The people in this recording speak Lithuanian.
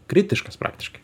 kritiškas praktiškai